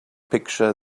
picture